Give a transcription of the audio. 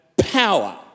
power